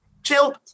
Chill